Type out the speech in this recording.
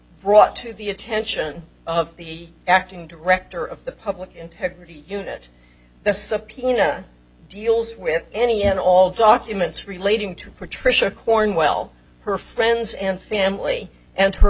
brought to the attention of the acting director of the public integrity unit the subpoena deals with any and all documents relating to patricia cornwell her friends and family and her